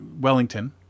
Wellington